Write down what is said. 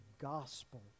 gospel